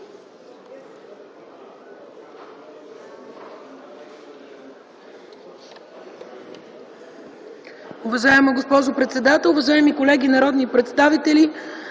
Уважаема госпожо председател, уважаеми колеги народни представители!